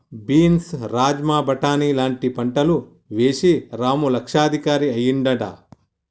beans rajma బాటని లాంటి పంటలు వేశి రాము లక్షాధికారి అయ్యిండట